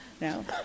No